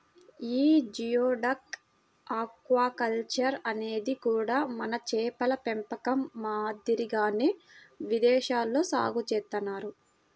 యీ geoduck aquaculture అనేది కూడా మన చేపల పెంపకం మాదిరిగానే విదేశాల్లో సాగు చేత్తన్నారు